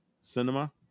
Cinema